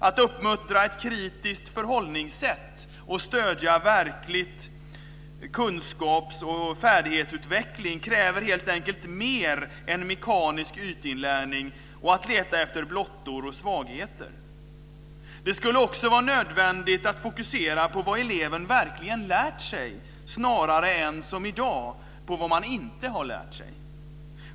Att uppmuntra ett kritiskt förhållningssätt och stödja verklig kunskaps och färdighetsutveckling kräver helt enkelt mer än mekanisk ytinlärning och att leta efter blottor och svagheter. Det skulle också vara nödvändigt att fokusera på vad eleven verkligen lärt sig, snarare än som i dag på vad man inte har lärt sig.